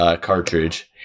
cartridge